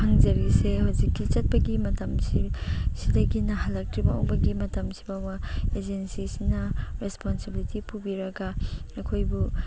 ꯍꯪꯖꯔꯤꯁꯦ ꯍꯧꯖꯤꯛꯀꯤ ꯆꯠꯄꯒꯤ ꯃꯇꯝꯁꯤ ꯁꯤꯗꯒꯤꯅ ꯍꯜꯂꯛꯇ꯭ꯔꯤ ꯐꯥꯎꯕꯒꯤ ꯃꯇꯝꯁꯤ ꯐꯥꯎꯕ ꯑꯦꯖꯦꯟꯁꯤꯁꯤꯅ ꯔꯦꯁꯄꯣꯟꯁꯤꯕꯤꯂꯤꯇꯤ ꯄꯨꯕꯤꯔꯒ ꯑꯩꯈꯣꯏꯕꯨ